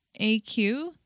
AQ